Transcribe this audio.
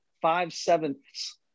five-sevenths